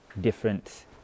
different